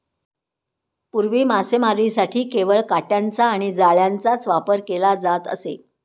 पूर्वी मासेमारीसाठी केवळ काटयांचा आणि जाळ्यांचाच वापर केला जात असे